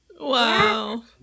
Wow